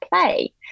play